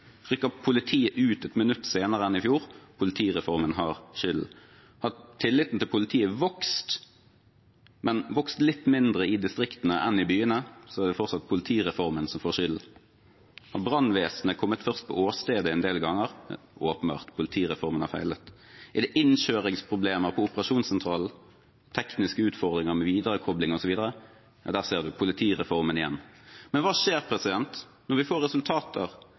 politiet ut et minutt senere enn i fjor, har politireformen skylden. Har tilliten til politiet vokst, men vokst litt mindre i distriktene enn i byene, er det fortsatt politireformen som får skylden. Har brannvesenet kommet først på åstedet en del ganger, er det åpenbart at politireformen har feilet. Er det innkjøringsproblemer på operasjonssentralen, tekniske utfordringer med viderekopling osv. – ja, der ser man, det er politireformen igjen. Men hva skjer når vi får resultater